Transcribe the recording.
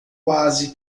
quase